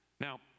Now